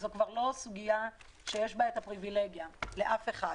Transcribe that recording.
זאת כבר לא סוגיה שיש בה פריבילגיה לאף אחד.